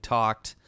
talked